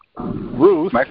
Ruth